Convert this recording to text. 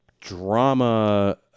drama